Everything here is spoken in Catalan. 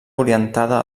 orientada